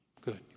Good